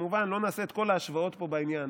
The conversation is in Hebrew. וכמובן לא נעשה את כל ההשוואות פה בעניין,